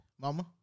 Mama